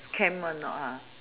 camp one or not